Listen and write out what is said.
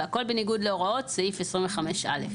והכול בניגוד להוראות סעיף 25(א).